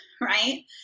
right